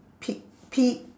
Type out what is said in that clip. peek P